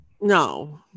No